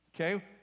okay